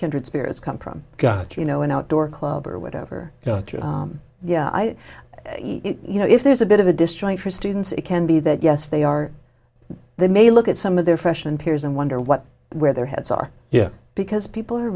kindred spirits come from got you know an outdoor club or whatever yeah i you know if there's a bit of a destroyed for students it can be that yes they are they may look at some of their freshman peers and wonder what where their heads are here because people are